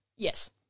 Yes